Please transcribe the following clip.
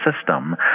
system